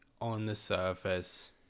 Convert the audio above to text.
on-the-surface